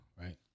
right